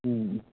ꯎꯝ